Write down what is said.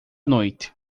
noite